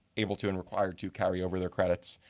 able to and required to carry over their credits.